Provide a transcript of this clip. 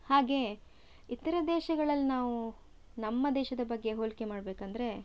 ಹಾಗೆಯೇ ಇತರ ದೇಶಗಳಲ್ಲಿ ನಾವು ನಮ್ಮ ದೇಶದ ಬಗ್ಗೆ ಹೋಲಿಕೆ ಮಾಡ್ಬೇಕಂದರೆ